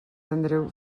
andreu